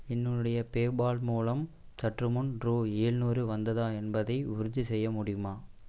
என்னுடைய பேபால் மூலம் சற்றுமுன் ரூ ஏழுநூறு வந்ததா என்பதை உறுதிசெய்ய முடியுமா